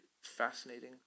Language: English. fascinating